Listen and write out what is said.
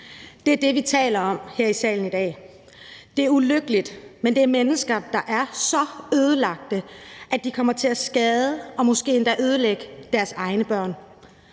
er det, vi taler om her i salen i dag. Det er ulykkeligt, men det er mennesker, der er så ødelagte, at de kommer til at skade og måske endda ødelægge deres egne børn.